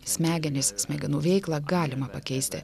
smegenys smegenų veiklą galima pakeisti